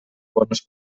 bones